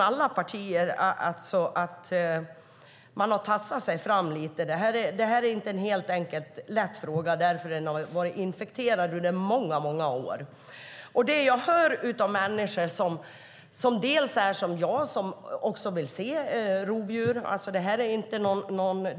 Alla partier har tassat fram i detta. Det är ingen lätt fråga, och den har varit infekterad i många år. Den här debatten ska inte främja någon nollvision. Det är fullständigt klart.